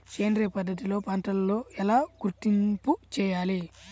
సేంద్రియ పద్ధతిలో పంటలు ఎలా గుర్తింపు చేయాలి?